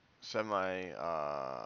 semi